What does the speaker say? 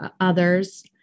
others